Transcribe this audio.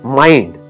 mind